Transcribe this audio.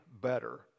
better